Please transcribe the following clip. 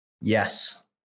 Yes